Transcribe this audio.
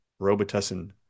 Robitussin